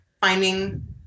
finding